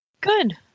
good